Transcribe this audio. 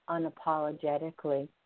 unapologetically